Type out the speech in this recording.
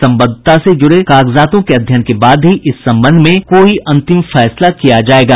सम्बद्धता से जुड़े सभी दस्तावेजों के अध्ययन के बाद ही इस संबंध में कोई अंतिम फैसला किया जायेगा